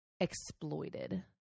exploited